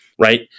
right